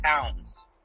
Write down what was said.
pounds